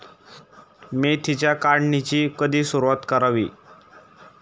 मेथीच्या काढणीची कधी सुरूवात करावी?